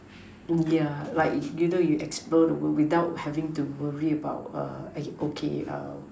yeah like you know you explore the world without having to worry about err okay err